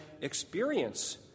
experience